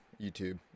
youtube